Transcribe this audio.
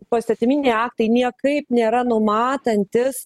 poįstatyminiai aktai niekaip nėra numatantys